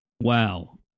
Wow